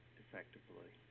effectively